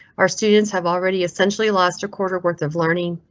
our students have already essentially lost a quarter worth of learning.